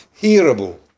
Hearable